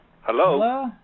Hello